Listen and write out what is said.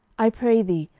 i pray thee,